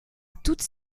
toutes